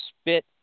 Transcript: spit